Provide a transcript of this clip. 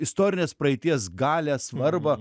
istorinės praeities galią svarbą